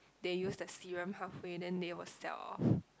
they used the serum half way then they will sell off